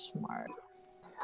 marks